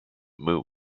moon